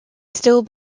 still